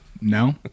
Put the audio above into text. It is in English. no